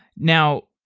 now,